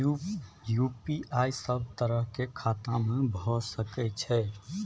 UPI सब तरह के खाता में भय सके छै?